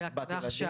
ועכשיו?